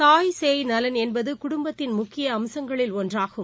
தாய் சேய் நலன் என்பதுகுடும்பத்தின் முக்கியஅம்சங்களில் ஒன்றாகும்